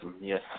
yes